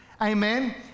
amen